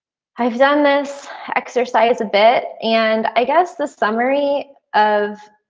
i've done this exercise a bit and i guess the summary of,